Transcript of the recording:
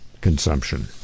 consumption